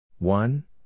One